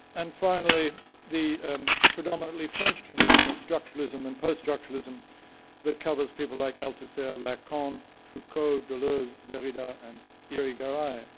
and finally the predominantly french tradition of structuralism and post-structuralism that covers people like althusser, lacan, foucault, deleuze, derrida and irigaray.